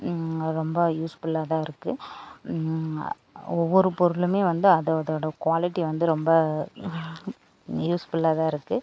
ரொம்ப யூஸ்ஃபுல்லாக தான் இருக்குது ஒவ்வொரு பொருளுமே வந்து அது அதோடய குவாலிட்டி வந்து ரொம்ப யூஸ்ஃபுல்லாக தான் இருக்குது